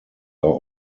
are